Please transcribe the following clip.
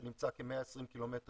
שנמצא כ-120 ק"מ מהחוף,